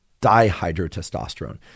dihydrotestosterone